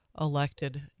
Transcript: elected